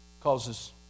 causes